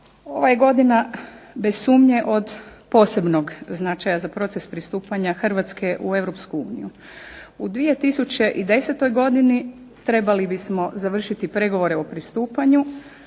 Ova je godina bez sumnje od posebnog značaja za proces pristupanja Hrvatske u Europsku uniju. U 2010. godini trebali bismo završiti pregovore o pristupanju,